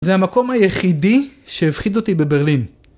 זה המקום היחידי שהפחיד אותי בברלין.